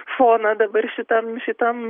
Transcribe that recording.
foną dabar šitam šitam